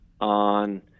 on